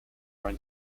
run